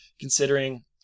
considering